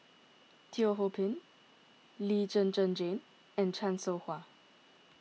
Teo Ho Pin Lee Zhen Zhen Jane and Chan Soh Ha